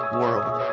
world